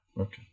Okay